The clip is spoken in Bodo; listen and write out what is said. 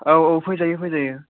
औ औ फैजायो फैजायो